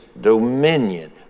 dominion